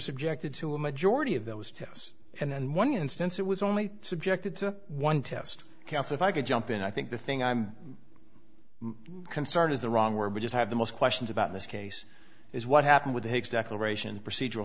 subjected to a majority of those tests and one instance it was only subjected to one test counts if i could jump in i think the thing i'm concerned is the wrong word we just have the most questions about this case is what happened with his declaration the procedural